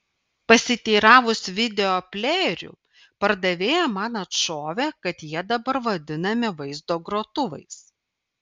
pasiteiravus videoplejerių pardavėja man atšovė kad jie dabar vadinami vaizdo grotuvais